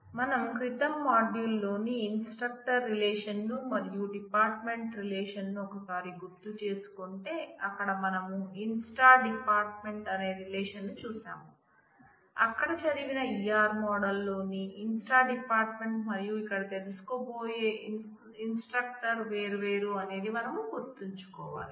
మనం క్రితం మాడ్యూల్ లోని ఇన్స్త్ట్రక్టర్ రిలేషన్ను మరియు డిపార్ట్మెంట్ రిలేషన్ ను ఒకసారి గుర్తు చేసుకుంటే అక్కడ మనం inst dept అనే రిలేషన్ ను చూసాం అక్కడ చదివిన ER model లోని inst dept మరియు ఇక్కడ తెలుసుకోబోయే ఇన్స్ట్రక్టర్ వేర్వేరు అనేది మనం గుర్తుంచుకోవాలి